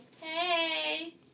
Hey